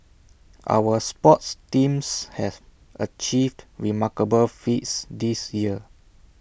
our sports teams have achieved remarkable feats this year